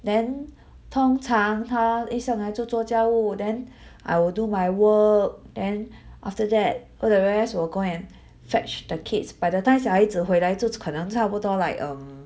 then 通常她一上来就做家务 then I will do my work then after that all the rest will go and fetch the kids by the time 小孩子回来就可能差不多 like um